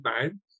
man